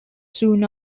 soon